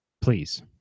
please